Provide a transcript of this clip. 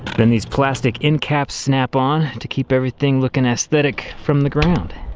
then these plastic end caps snap on to keep everything looking aesthetic from the ground.